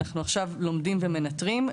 אנחנו עכשיו לומדים ומנטרים,